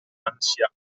ansia